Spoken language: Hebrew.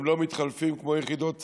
הם לא מתחלפים כמו יחידות צבא,